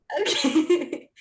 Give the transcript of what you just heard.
Okay